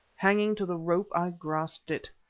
hanging to the rope, i grasped it.